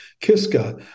Kiska